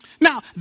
Now